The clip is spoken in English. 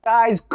Guys